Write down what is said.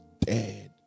dead